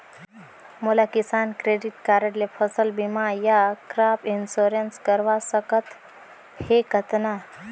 मोला किसान credit card ले फसल बीमा या क्रॉप इंश्योरेंस करवा सकथ हे कतना?